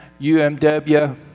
UMW